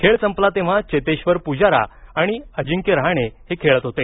खेळ संपला तेव्हा चेतेश्वर पुजारा आणि अजिंक्य रहाणे खेळत होते